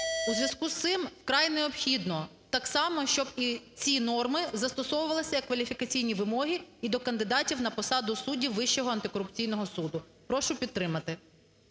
У зв'язку з цим вкрай необхідно так само, щоб і ці норми застосовувалися як кваліфікаційні вимоги і до кандидатів на посаду суддів Вищого антикорупційного суду. Прошу підтримати.